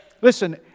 Listen